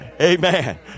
Amen